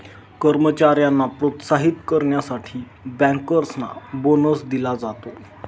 कर्मचाऱ्यांना प्रोत्साहित करण्यासाठी बँकर्सना बोनस दिला जातो